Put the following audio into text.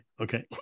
Okay